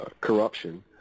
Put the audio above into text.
corruption